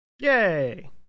Yay